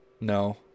No